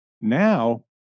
now